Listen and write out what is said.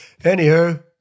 Anywho